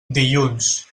dilluns